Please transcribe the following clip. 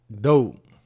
dope